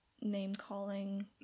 name-calling